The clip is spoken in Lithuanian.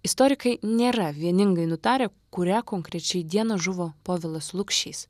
istorikai nėra vieningai nutarę kurią konkrečiai dieną žuvo povilas lukšys